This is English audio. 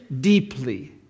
deeply